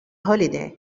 holiday